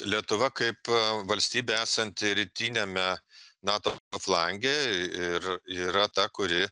lietuva kaip valstybė esanti rytiniame nato flange ir yra ta kuri